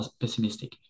pessimistic